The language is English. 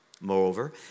Moreover